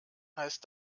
heißt